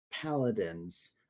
paladins